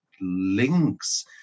links